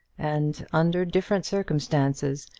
and, under different circumstances,